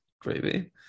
gravy